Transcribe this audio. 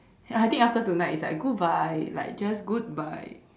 I think after tonight it's like goodbye like just goodbye